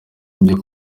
n’ibyo